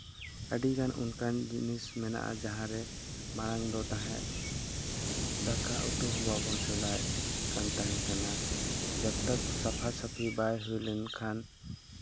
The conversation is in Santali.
ᱟᱹᱰᱤᱜᱟᱱ ᱚᱱᱠᱟᱱ ᱡᱤᱱᱤᱥ ᱢᱮᱱᱟᱜᱼᱟ ᱡᱟᱦᱟᱸ ᱨᱮ ᱢᱟᱲᱟᱝ ᱫᱚ ᱛᱟᱦᱮᱸᱫ ᱫᱟᱠᱟ ᱩᱛᱩ ᱦᱚᱸ ᱵᱟᱵᱚᱱ ᱪᱚᱸᱫᱟᱭᱮᱫ ᱠᱟᱱ ᱛᱟᱦᱮᱸ ᱠᱟᱱᱟ ᱡᱚᱵᱽᱛᱚᱠ ᱥᱟᱯᱷᱟᱼᱥᱟᱹᱯᱷᱤ ᱵᱟᱭ ᱦᱩᱭ ᱞᱮᱱᱠᱷᱟᱱ